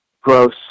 gross